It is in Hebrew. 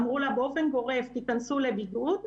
אמרו לה באופן גורף: תיכנסו לבידוד.